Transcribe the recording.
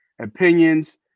opinions